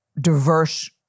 diverse